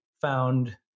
found